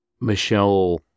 Michelle